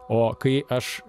o kai aš